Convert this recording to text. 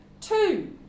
two